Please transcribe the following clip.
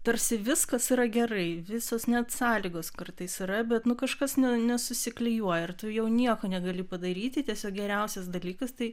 tarsi viskas yra gerai visos net sąlygos kartais yra bet nu kažkas nesusiklijuoja ir tu jau nieko negali padaryti tiesiog geriausias dalykas tai